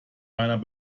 meiner